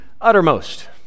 uttermost